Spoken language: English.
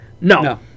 No